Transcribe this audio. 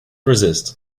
resist